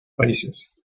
países